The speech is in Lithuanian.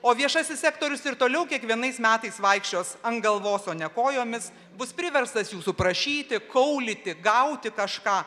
o viešasis sektorius ir toliau kiekvienais metais vaikščios ant galvos o ne kojomis bus priverstas jūsų prašyti kaulyti gauti kažką